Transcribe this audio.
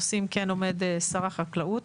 לדעת מאחורי איזה נושאים עומד שר החקלאות,